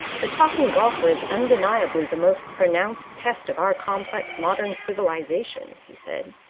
the talking golfer is undeniably the most pronounced pest of our complex modern civilization, he said,